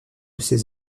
ses